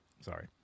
Sorry